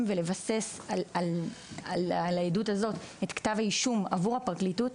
ולבסס על העדות הזאת את כתב האישום עבור הפרקליטות,